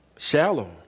Shallow